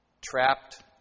trapped